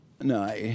No